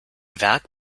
werk